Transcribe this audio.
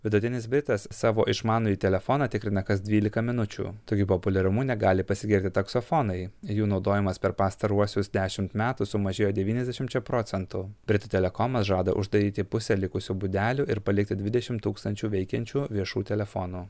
vidutinis britas savo išmanųjį telefoną tikrina kas dvylika minučių tokiu populiarumu negali pasigirti taksofonai jų naudojimas per pastaruosius dešimt metų sumažėjo devyniasdešimčia procentų britų telekomas žada uždaryti pusę likusių būdelių ir palikti dvidešim tūkstančių veikiančių viešų telefonų